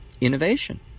innovation